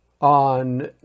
on